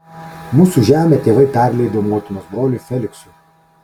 mūsų žemę tėvai perleido motinos broliui feliksui